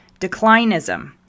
declinism